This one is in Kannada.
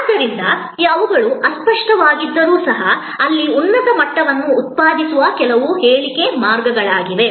ಆದ್ದರಿಂದ ಅವುಗಳು ಅಸ್ಪಷ್ಟವಾಗಿದ್ದರೂ ಸಹ ಇಲ್ಲಿ ಉನ್ನತ ಮಟ್ಟವನ್ನು ಉತ್ಪಾದಿಸುವ ಕೆಲವು ಹೇಳಿಕೆ ಮಾರ್ಗಗಳಿವೆ